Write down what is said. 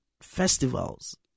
festivals